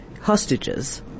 hostages